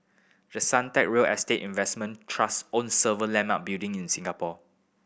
the Suntec real estate investment trust owns several landmark building in Singapore